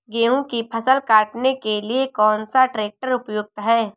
गेहूँ की फसल काटने के लिए कौन सा ट्रैक्टर उपयुक्त है?